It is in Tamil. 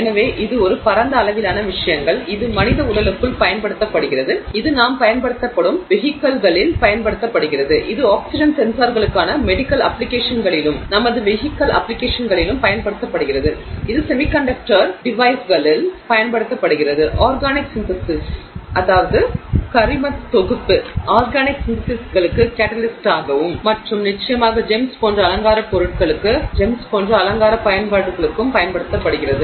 எனவே இது ஒரு பரந்த அளவிலான விஷயங்கள் இது மனித உடலுக்குள் பயன்படுத்தப்படுகிறது இது நாம் பயன்படுத்தும் வெஹிக்கிள்களில் பயன்படுத்தப்படுகிறது இது ஆக்ஸிஜன் சென்சார்களுக்கான மெடிக்கல் அப்ப்ளிகேஷன்களிலும் நமது வெஹிக்கிள் அப்ப்ளிகேஷன்களிலும் பயன்படுத்தப்படுகிறது இது செமிகண்டக்டர் டிவைஸஸ்களில் பயன்படுத்தப்படுகிறது ஆர்கானிக் சிந்தெசிஸ்க்கு கேட்டலிஸ்ட்ஸ் மற்றும் நிச்சயமாக ஜெம்ஸ் போன்ற அலங்கார பயன்பாடுகளுக்கும் பயன்படுத்தப்படுகிறது